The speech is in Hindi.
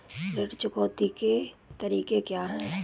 ऋण चुकौती के तरीके क्या हैं?